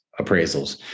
appraisals